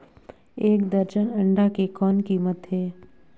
एक दर्जन अंडा के कौन कीमत हे?